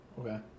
Okay